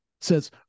says